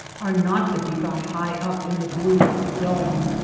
are not to be found high up in the blue of the dome.